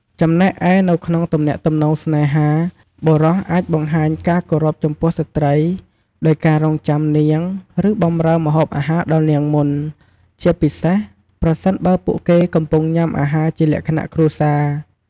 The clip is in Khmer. ចំណែកឯ នៅក្នុងទំនាក់ទំនងស្នេហា បុរសអាចបង្ហាញការគោរពចំពោះស្ត្រីដោយការរង់ចាំនាង ឬបម្រើម្ហូបអាហារដល់នាងមុន ជាពិសេសប្រសិនបើពួកគេកំពុងញ៉ាំអាហារជាលក្ខណៈគ្រួសារ។